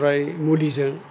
ओमफ्राय मुलिजों